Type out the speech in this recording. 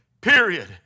period